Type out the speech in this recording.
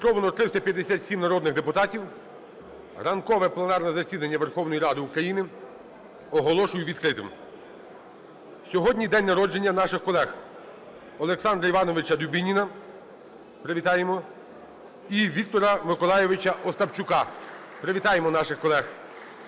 Зареєстровано 357 народних депутатів. Ранкове пленарне засідання Верховної Ради України оголошую відкритим. Сьогодні день народження наших колег: Олександра Івановича Дубініна, привітаємо, і Віктора Миколайовича Остапчука. Привітаємо наших колег.